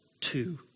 two